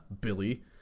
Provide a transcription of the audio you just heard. Billy